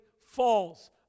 falls